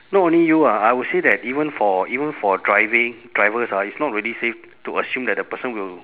not only you ah I will say that even for even for driving drivers ah it's not really safe to assume that the person will